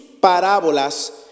parábolas